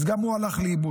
אז גם הוא הלך לאיבוד.